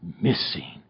missing